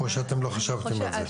או שלא חשבתם על זה?